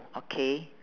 okay